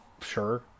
sure